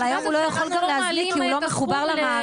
אבל היום הוא לא יכול גם להזניק כי הוא לא מחובר למערכת.